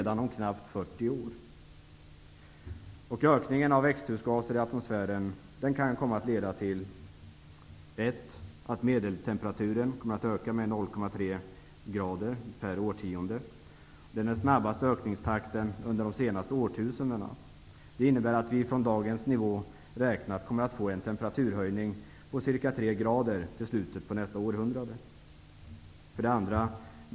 Den ökade förekomsten av växthusgaser i atmosfären kan komma att leda till följande: 1. Medeltemperaturen ökar med 0,3 grader per årtionde, och det är den snabbaste ökningstakten under de senaste årtusendena. Det innebär att vi från dagens nivå räknat kommer att få en temperaturhöjning på ca 3 grader fram till slutet av nästa århundrade. 2.